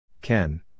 Ken